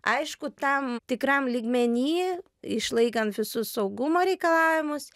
aišku tam tikram lygmeny išlaikant visus saugumo reikalavimus